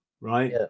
right